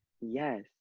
Yes